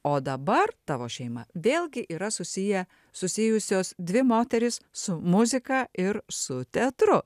o dabar tavo šeima vėlgi yra susiję susijusios dvi moterys su muzika ir su teatru